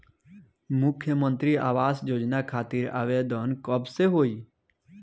मुख्यमंत्री आवास योजना खातिर आवेदन कब से होई?